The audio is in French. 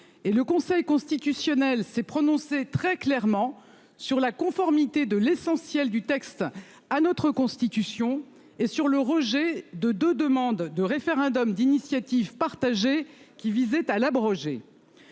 et le Conseil constitutionnel s'est prononcé très clairement sur la conformité de l'essentiel du texte à notre constitution et sur le rejet de de demande de référendum d'initiative partagée qui visait à l'abroger.